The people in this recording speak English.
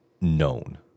known